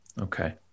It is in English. Okay